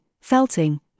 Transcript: felting